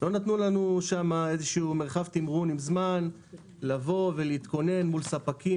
לא נתנו לנו שם מרחב תמרון עם זמן לבוא ולהתכונן מול ספקים.